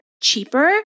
cheaper